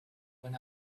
when